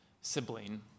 sibling